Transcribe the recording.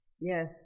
Yes